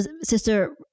sister